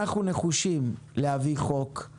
אנחנו נחושים להביא חוק על